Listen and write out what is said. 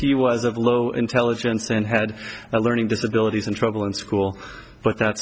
he was of low intelligence and had a learning disability in trouble in school but that